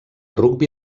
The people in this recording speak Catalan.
rugbi